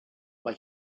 mae